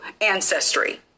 ancestry